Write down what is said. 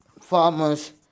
farmers